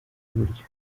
iburyo